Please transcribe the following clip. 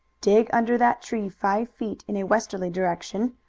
dig under that tree five feet in a westerly direction.